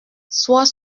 soit